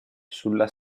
sulla